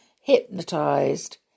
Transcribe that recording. hypnotized